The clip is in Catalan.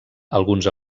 alguns